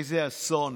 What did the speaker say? איזה אסון,